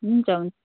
हुन्छ हुन्छ